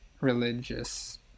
religious